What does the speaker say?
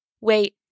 wait